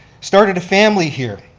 started a family here.